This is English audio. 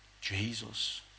Jesus